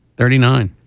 thirty nine.